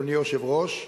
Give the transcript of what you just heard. אדוני היושב-ראש,